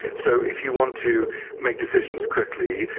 so if you want to make decisions quickly,